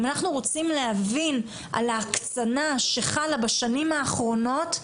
אם אנחנו רוצים להבין על ההקצנה שחלה בשנים האחרונות,